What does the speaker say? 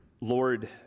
lord